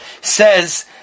says